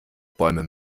bäume